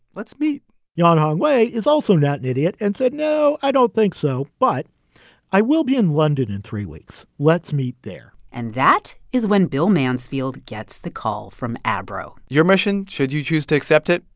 let's meet yuan hongwei is also not an idiot and said, no, i don't think so, but i will be in london in three weeks. let's meet there and that is when bill mansfield gets the call from abro your mission, should you choose to accept it,